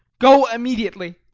go immediately.